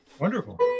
Wonderful